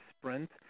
sprint